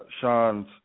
Sean's